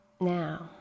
now